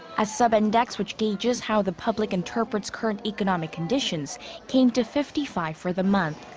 a subindex which gauges how the public interprets current economic conditions came to fifty five for the month.